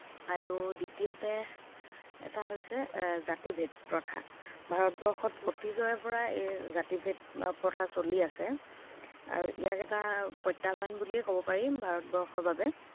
আৰু দ্বিতীয়তে এটা হৈছে জাতিভেদ প্ৰথা ভাৰতবৰ্ষত অতীজৰে পৰা এই জাতি ভেদ প্ৰথা চলি আছে আৰু ইয়াক এটা প্ৰত্যাহ্বান বুলিয়েই ক'ব পাৰি ভাৰতবৰ্ষৰ বাবে